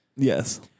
Yes